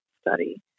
study